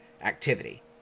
activity